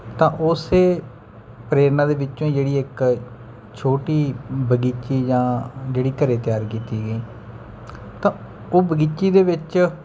ਤਾਂ ਉਸ ਪ੍ਰੇਰਨਾ ਦੇ ਵਿੱਚੋਂ ਹੀ ਜਿਹੜੀ ਇੱਕ ਛੋਟੀ ਬਗੀਚੀ ਜਾਂ ਜਿਹੜੀ ਘਰ ਤਿਆਰ ਕੀਤੀ ਗਈ ਤਾਂ ਉਹ ਬਗੀਚੀ ਦੇ ਵਿੱਚ